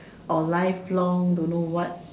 or life long don't know what